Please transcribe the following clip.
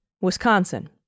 Wisconsin